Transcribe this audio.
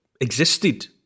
existed